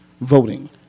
voting